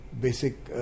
basic